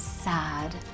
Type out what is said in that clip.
sad